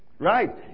Right